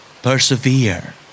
Persevere